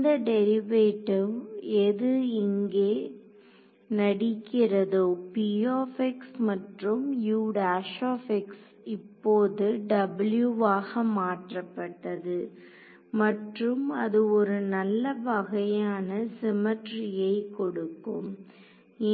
இந்த டெரிவேட்டிவ் எது இங்கே நடிக்கிறதோ மற்றும் இப்போது W ஆக மாற்றப்பட்டது மற்றும் அது ஒரு நல்ல வகையான சிமெட்டிரியை கொடுக்கும்